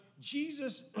Jesus